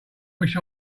wish